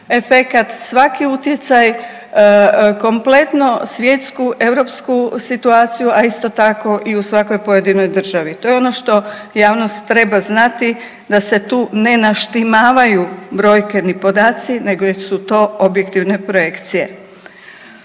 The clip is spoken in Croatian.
efekat, svaki utjecaj kompletno svjetsku, europsku situaciju, a isto tako i u svakoj pojedinoj državi. To je ono što javnost treba znati da se tu ne naštimavaju brojke ni podaci nego su to objektivne projekcije.